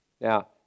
Now